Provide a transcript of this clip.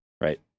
right